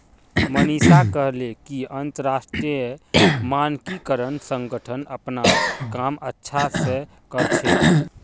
मनीषा कहले कि अंतरराष्ट्रीय मानकीकरण संगठन अपनार काम अच्छा स कर छेक